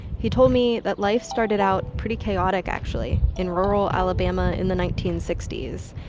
he told me that life started out pretty chaotic, actually, in rural alabama in the nineteen sixty s,